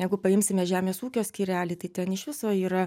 jeigu paimsime žemės ūkio skyrelį tai ten iš viso yra